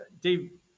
Dave